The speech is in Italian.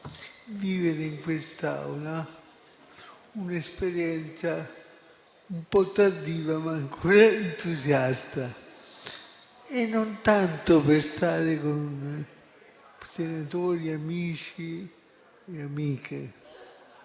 vivere in quest'Aula un'esperienza un po' tardiva ma ancora entusiasta, e non tanto per stare con senatori amici e amiche